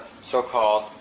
so-called